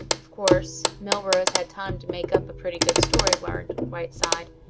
of course, milburgh has had time to make up a pretty good story, warned whiteside.